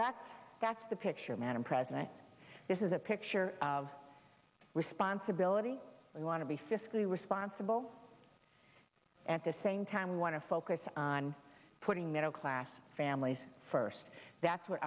that's that's the picture madam president this is a picture of responsibility we want to be fiscally responsible at the same time we want to focus on putting middle class families first that's wh